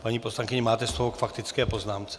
Paní poslankyně, máte slovo k faktické poznámce.